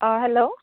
अह hello